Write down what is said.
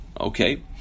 Okay